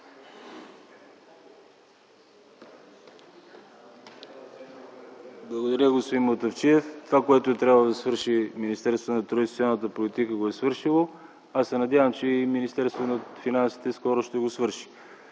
Благодаря, господин Мутафчиев. Това, което е трябвало да свърши Министерството на труда и социалната политика, го е свършило. Аз се надявам, че Министерство на финансите скоро ще го свърши.